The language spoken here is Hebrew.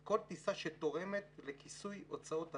כל טיסה שתורמת לכיסוי הוצאות דלק,